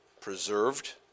preserved